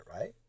right